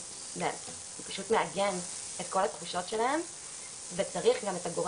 שפשוט מעגן את כל התחושות שלהם.